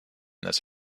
this